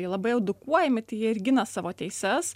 labai edukuojami tai jie ir gina savo teises